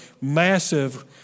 massive